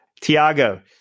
Tiago